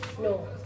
No